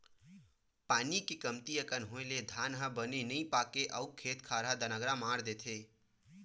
पानी के कमती अकन होए ले धान ह बने नइ पाकय अउ खेत खार म दनगरा मार देथे